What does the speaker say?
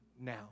now